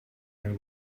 and